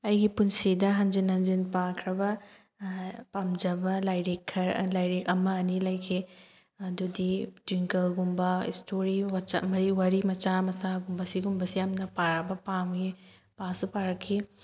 ꯑꯩꯒꯤ ꯄꯨꯟꯁꯤꯗ ꯍꯟꯖꯤꯟ ꯍꯟꯖꯤꯟ ꯄꯥꯈ꯭ꯔꯕ ꯄꯥꯝꯖꯕ ꯂꯥꯏꯔꯤꯛ ꯂꯥꯏꯔꯤꯛ ꯑꯃ ꯑꯅꯤ ꯂꯩꯈꯤ ꯑꯗꯨꯗꯤ ꯇ꯭ꯋꯤꯡꯀꯜꯒꯨꯝꯕ ꯏꯁꯇꯣꯔꯤ ꯋꯥꯔꯤ ꯃꯆꯥ ꯃꯆꯥꯒꯨꯝꯕ ꯁꯤꯒꯨꯝꯕꯁꯤ ꯌꯥꯝꯅ ꯄꯥꯕ ꯄꯥꯝꯃꯤ ꯄꯥꯁꯨ ꯄꯥꯔꯛꯈꯤ